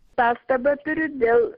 pastabą turiu dėl